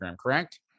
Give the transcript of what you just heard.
correct